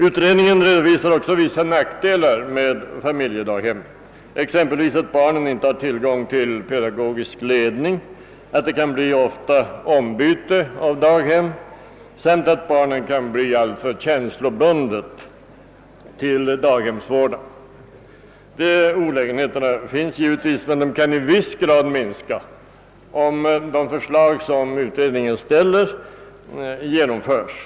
Utredningen redovisar även vissa nackdelar med familjedaghemmen, exempelvis att barnen inte har tillgång till pedagogisk ledning, att det ofta kan ske byte av daghem samt att barnet kan bli alltför känslobundet till daghemsvårdaren. Dessa olägenheter finns givetvis, men de kan i viss utsträckning minska om de förslag som utredningen framlägger genomförs.